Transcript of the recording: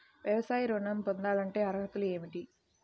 వ్యవసాయ ఋణం పొందాలంటే అర్హతలు ఏమిటి?